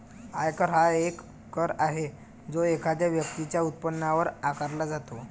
आयकर हा एक कर आहे जो एखाद्या व्यक्तीच्या उत्पन्नावर आकारला जातो